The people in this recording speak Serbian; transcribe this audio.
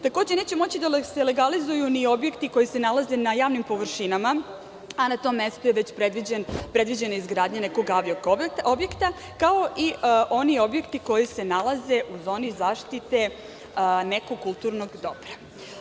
Takođe, neće moći da se legalizuju ni objekti koji se nalaze na javnim površinama, a na tom mestu je već predviđena izgradnja nekog avio objekta, kao i oni objekti koji se nalaze u zoni zaštite nekog kulturnog dobra.